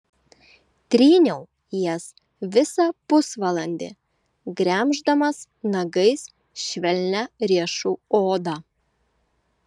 tryniau jas visą pusvalandį gremždamas nagais švelnią riešų odą